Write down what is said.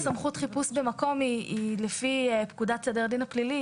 סמכות חיפוש במקום היא לפי פקודת סדר הדין הפלילי,